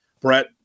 Brett